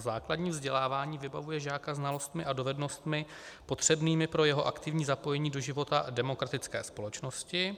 Základní vzdělávání vybavuje žáka znalostmi a dovednostmi potřebnými pro jeho aktivní zapojení do života demokratické společnosti,